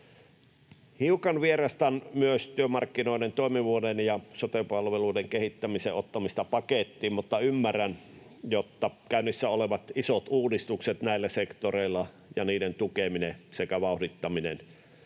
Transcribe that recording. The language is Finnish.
Hiukan vierastan myös työmarkkinoiden toimivuuden ja sote-palveluiden kehittämisen ottamista pakettiin, mutta ymmärrän, että käynnissä olevat isot uudistukset näillä sektoreilla ja niiden tukeminen sekä vauhdittaminen on